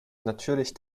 natürlich